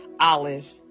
Olive